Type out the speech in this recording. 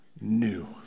new